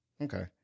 Okay